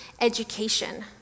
education